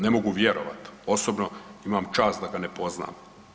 Ne mogu vjerovati, osobno imam čast da ga ne poznam.